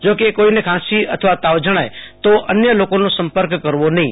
જો કોઈને ખાંસી અથવા તાવ જણાય તો અન્ય લોકોનો સંપર્ક કરવો નહીં